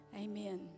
Amen